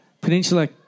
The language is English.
Peninsula